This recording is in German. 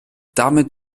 damit